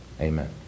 amen